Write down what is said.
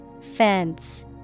Fence